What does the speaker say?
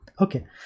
okay